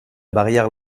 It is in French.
barrière